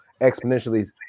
exponentially